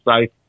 safe